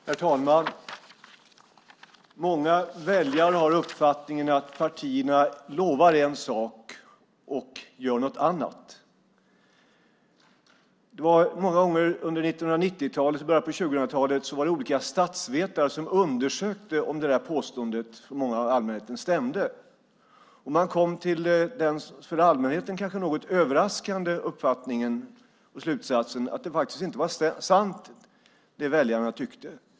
Herr talman! Många väljare har uppfattningen att partierna lovar en sak och gör något annat. Många gånger under 1990-talet och i början av 2000-talet var det olika statsvetare som undersökte om det där påståendet från många bland allmänheten stämde. Man kom till den för allmänheten kanske något överraskande slutsatsen att det som väljarna tyckte inte var sant.